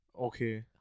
Okay